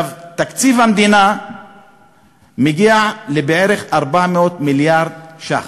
תקציב המדינה מגיע בערך ל-400 מיליארד ש"ח.